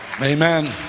amen